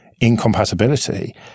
incompatibility